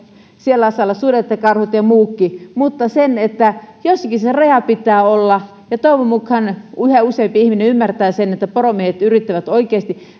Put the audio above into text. siellä saavat olla sudet ja karhut ja muutkin mutta jossakin sen rajan pitää olla ja toivon mukaan yhä useampi ihminen ymmärtää sen että poromiehet yrittävät oikeasti